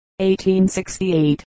1868